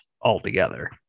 altogether